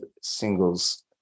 singles